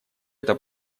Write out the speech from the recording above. эта